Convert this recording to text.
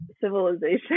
civilization